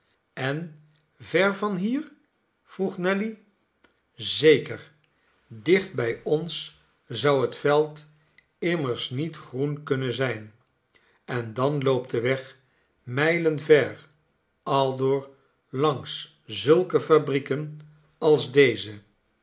en ver van hier vroeg nelly zeker dicht bij ons zou het veld immers niet groen kunnen zijn en dan loopt de weg mijlen ver aldoor langs zulke fabrieken als deze